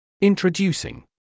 Introducing